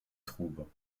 trouvent